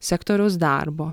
sektoriaus darbo